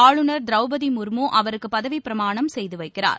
ஆளுநர் திரௌபதி முர்மு அவருக்கு பதவிப் பிரமாணம் செய்து வைக்கிறார்